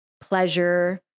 pleasure